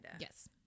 Yes